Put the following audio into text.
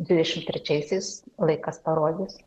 dvidešimt trečiaisiais laikas parodys